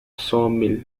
sawmill